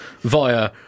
via